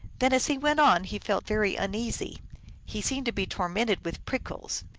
then as he went on he felt very uneasy he seemed to be tormented with prickles,